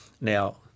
Now